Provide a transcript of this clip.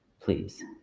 Please